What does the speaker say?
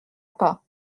pas